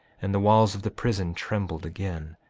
and the walls of the prison trembled again,